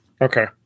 Okay